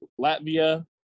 Latvia